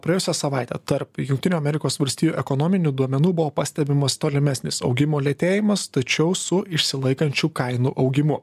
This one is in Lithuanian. praėjusią savaitę tarp jungtinių amerikos valstijų ekonominių duomenų buvo pastebimas tolimesnis augimo lėtėjimas tačiau su išsilaikančiu kainų augimu